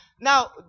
Now